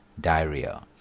diarrhea